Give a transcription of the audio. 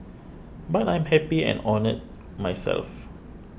but I'm happy and honoured myself